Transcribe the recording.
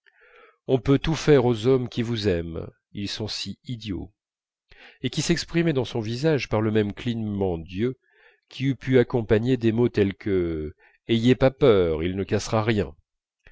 on peut tout faire aux hommes qui vous aiment ils sont idiots et qui s'exprimait dans son visage par le même clignement d'yeux qui eût pu accompagner des mots tels que ayez pas peur il ne cassera rien